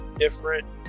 Different